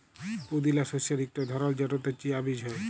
পুদিলা শস্যের ইকট ধরল যেটতে চিয়া বীজ হ্যয়